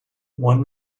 one